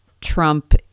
Trump